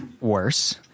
worse